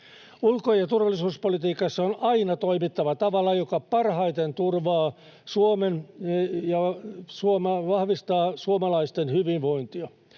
Ulko- ja turvallisuuspolitiikassa on aina toimittava tavalla, joka parhaiten turvaa Suomen ja vahvistaa suomalaisten hyvinvointia.